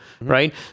right